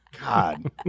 God